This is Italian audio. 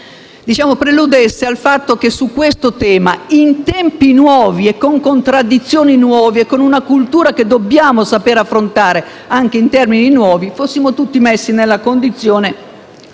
- preludesse al fatto che su questo tema, in tempi nuovi, con contraddizioni nuove e con una cultura che dobbiamo saper affrontare anche in termini nuovi, fossimo tutti messi nella condizione